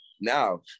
Now